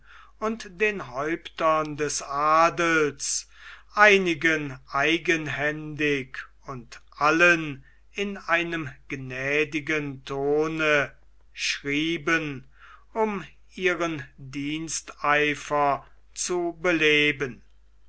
und den häuptern des adels einigen eigenhändig und allen in einem gnädigen tone schrieben um ihren diensteifer zu beleben